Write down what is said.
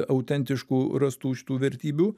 autentiškų rastų šitų vertybių